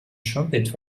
trumpet